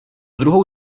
druhou